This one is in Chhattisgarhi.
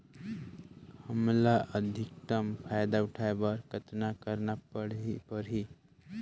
हमला अधिकतम फायदा उठाय बर कतना करना परही?